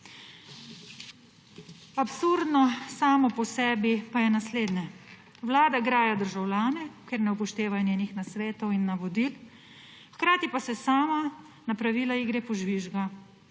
Absurdno samo po sebi pa je naslednje. Vlada graja državljane, ker ne upoštevajo njenih nasvetov in navodil, hkrati pa se sama na pravila igre požvižga.